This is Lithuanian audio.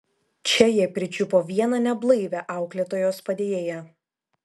čia jie pričiupo vieną neblaivią auklėtojos padėjėją